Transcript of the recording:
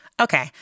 Okay